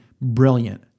brilliant